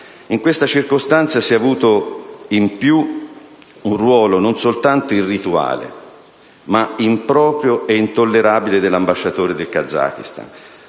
In questa circostanza si è avuto, in più, un ruolo non soltanto irrituale, ma improprio e intollerabile dell'ambasciatore del Kazakistan,